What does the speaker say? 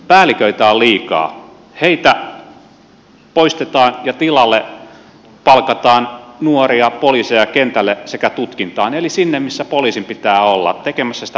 päälliköitä on liikaa heitä poistetaan ja tilalle palkataan nuoria poliiseja kentälle sekä tutkintaan eli sinne missä poliisin pitää olla tekemässä sitä perustyötä